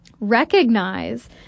Recognize